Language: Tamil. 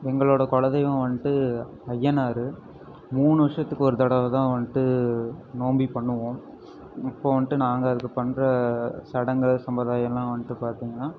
எங்களோடய குல தெய்வம் வந்துட்டு அய்யனார் மூணு வருஷத்துக்கு ஒரு தடவைதான் வந்துட்டு நோம்பி பண்ணுவோம் இப்போ வந்துட்டு நாங்கள் அதுக்கு பண்ணுற சடங்கு சம்பிரதாயமெலான் வந்துட்டு பார்த்திங்ன்னா